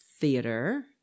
Theater